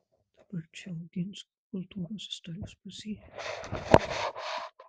dabar čia oginskių kultūros istorijos muziejus